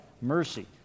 Mercy